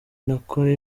nako